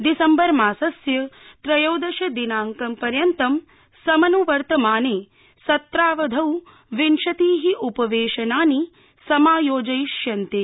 दिसम्बर मासस्य त्रयोदश दिनांक पर्यन्तं समनुवर्तमाने सत्रावधौ विंशतिः उपवेशनानि समायोजयिष्यन्ते